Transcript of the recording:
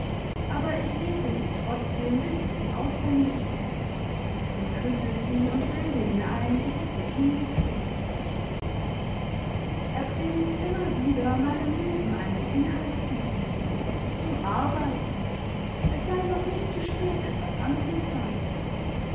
aber ich lese sie trotzdem bis ich sie auswendig weiß und küsse sie und bilde mir ein ich hätte ihn geküßt er predigt immer wieder meinem leben einen inhalt zu geben zu arbeiten es sei noch nicht zu spät etwas anzufangen